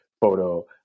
photo